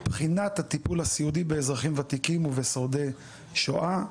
בחינת הטיפול הסיעודי באזרחים ותיקים ובשורדי שואה.